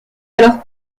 alors